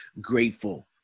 grateful